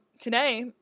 today